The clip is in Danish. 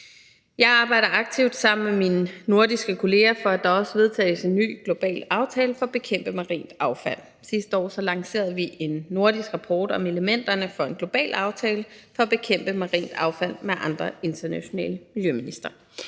Jeg arbejder aktivt sammen med mine nordiske kolleger på, at der også vedtages en ny global aftale om at bekæmpe marint affald. Sidste år lancerede vi en nordisk rapport om elementerne i en global aftale for at bekæmpe marint affald med andre internationale miljøministre.